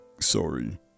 sorry